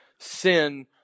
sin